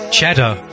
Cheddar